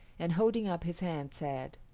and holding up his hand said,